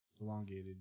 Elongated